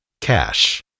cash